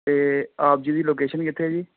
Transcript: ਅਤੇ ਆਪ ਜੀ ਦੀ ਲੋਕੇਸ਼ਨ ਕਿੱਥੇ ਆ ਜੀ